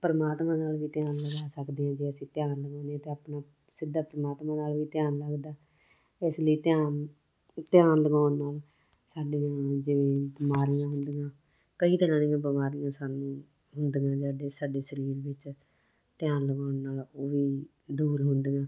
ਪਰਮਾਤਮਾ ਨਾਲ ਵੀ ਧਿਆਨ ਲਗਾ ਸਕਦੇ ਹਾਂ ਜੀ ਅਸੀਂ ਧਿਆਨ ਲਗਾਉਂਦੇ ਤਾਂ ਆਪਣਾ ਸਿੱਧਾ ਪਰਮਾਤਮਾ ਨਾਲ ਵੀ ਧਿਆਨ ਲੱਗਦਾ ਇਸ ਲਈ ਧਿਆਨ ਧਿਆਨ ਲਗਾਉਣ ਨਾਲ ਸਾਡੇ ਜਿਵੇਂ ਬਿਮਾਰੀਆਂ ਹੁੰਦੀਆਂ ਕਈ ਤਰ੍ਹਾਂ ਦੀਆਂ ਬਿਮਾਰੀਆਂ ਸਾਨੂੰ ਹੁੰਦੀਆਂ ਸਾਡੇ ਸਾਡੇ ਸਰੀਰ ਵਿੱਚ ਧਿਆਨ ਲਗਾਉਣ ਨਾਲ ਉਹ ਵੀ ਦੂਰ ਹੁੰਦੀਆਂ